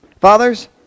Fathers